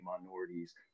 minorities